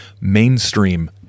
mainstream